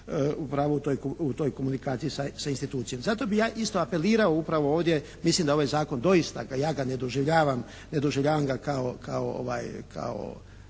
pravo u toj komunikaciji sa institucijom. Zato bih ja isto apelirao upravo ovdje, mislim da ovaj zakon doista ja ga ne doživljavam, ne doživljavam ga kao